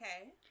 Okay